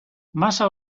masa